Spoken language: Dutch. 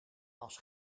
was